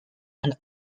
and